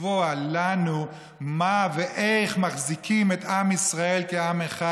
לקבוע לנו מה ואיך מחזיקים את עם ישראל כעם אחד?